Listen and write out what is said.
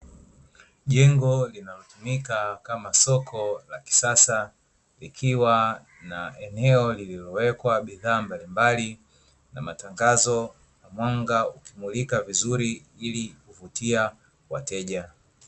Jengo linalotumika kama soko la kisasa likiwa na eneo lililowekwa bidhaa mbalimbali na matangazo na mwanga ukimulika vizuri ili kuvutia wateja.